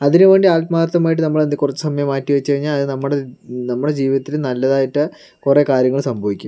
അതിനുവേണ്ടി ആത്മാർത്ഥമായിട്ട് നമ്മളെന്ത് കുറച്ച് സമയം മാറ്റിവെച്ചു കഴിഞ്ഞാൽ അത് നമ്മുടെ നമ്മുടെ ജീവിതത്തിൽ നല്ലതായിട്ട് കുറേ കാര്യങ്ങൾ സംഭവിക്കും